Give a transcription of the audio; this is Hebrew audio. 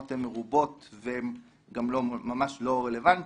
הן מרובות והן גם ממש לא רלוונטיות.